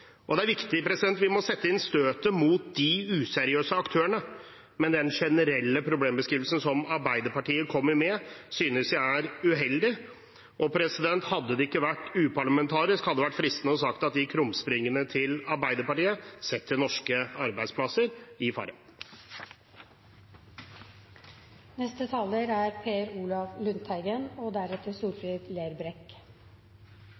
forhold. Det er viktig at vi må sette inn støtet mot de useriøse aktørene, men den generelle problembeskrivelsen som Arbeiderpartiet kommer med, synes jeg er uheldig. Hadde det ikke vært uparlamentarisk, hadde det vært fristende å si at krumspringene til Arbeiderpartiet setter norske arbeidsplasser i fare. Jeg vil takke Arbeiderparti-representantene som er